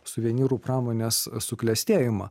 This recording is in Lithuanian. suvenyrų pramonės suklestėjimą